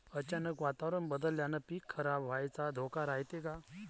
अचानक वातावरण बदलल्यानं पीक खराब व्हाचा धोका रायते का?